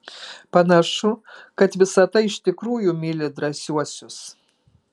panašu kad visata iš tikrųjų myli drąsiuosius